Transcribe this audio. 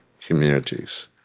communities